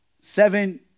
Seven